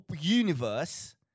universe